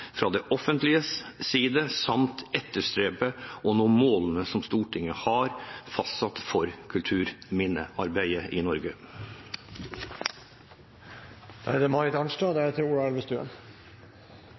fra det offentliges side samt etterstrebe å nå målene som Stortinget har fastsatt for kulturminnearbeidet i Norge. Kulturminnene og kulturmiljøet er noen av de viktigste delene av det